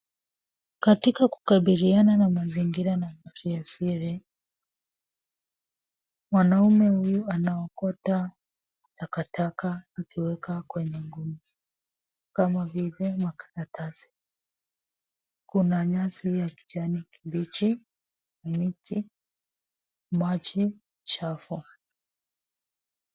Katika kukabiliana na mazingira na mali asili, mwanaume huyu anaokota takataka akiweka kwenye magunia, kama vile karatasi. Kuna nyasi ya kijani kibichi , miti , maji chafu.